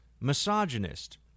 misogynist